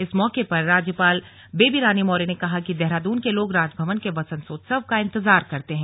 इस मौके पर राज्यपाल बेबीरानी मौर्य ने कहा कि देहरादून के लोग राजभवन के वसंतोत्सव का इंतजार करते हैं